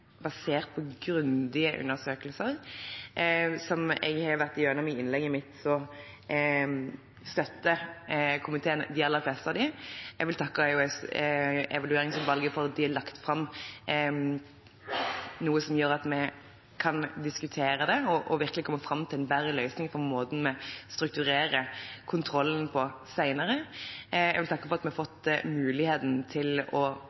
basert på grundige undersøkelser. Som jeg har vært igjennom i innlegget mitt, støtter komiteen de aller fleste av dem. Jeg vil takke Evalueringsutvalget for at de har lagt fram noe som gjør at vi kan diskutere det og virkelig komme fram til en bedre løsning for måten vi strukturer kontrollen på senere. Jeg vil takke for at vi har fått muligheten til å stoppe opp og se